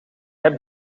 heb